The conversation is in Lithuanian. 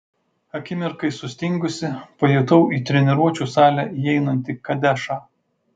akimirkai sustingusi pajutau į treniruočių salę įeinantį kadešą